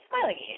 smiling